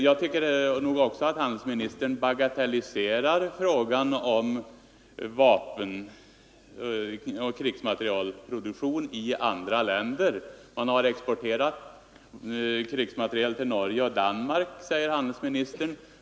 Jag tycker också att handelsministern bagatelliserar frågan om krigsmaterielproduktion i andra länder. Man har exporterat krigsmateriel till Norge och Danmark, säger handelsministern.